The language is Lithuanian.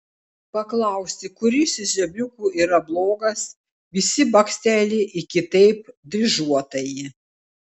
paklausti kuris iš zebriukų yra blogas visi baksteli į kitaip dryžuotąjį